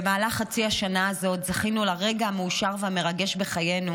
במהלך חצי השנה הזאת זכינו לרגע המאושר והמרגש בחיינו,